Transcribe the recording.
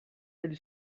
eles